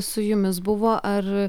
su jumis buvo ar